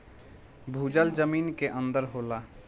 भूजल जमीन के अंदर होला